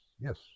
Yes